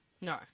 No